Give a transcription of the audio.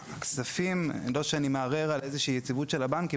הכספים לא שאני מערער על איזושהי יציבות של הבנקים